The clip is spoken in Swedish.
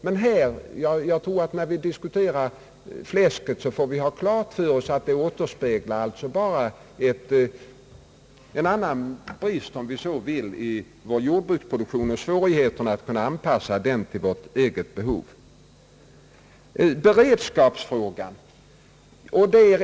Jag tror alltså, att när vi diskuterar fläsket skall vi ha klart för oss att denna fråga bara återspeglar en brist, om vi kallar det så, i vår jordbruksproduktion och svårigheterna att anpassa denna till vårt eget behov. Beredskapsfrågan tog också herr Bengtson upp.